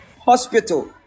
hospital